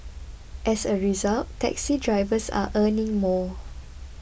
as a result taxi drivers are earning more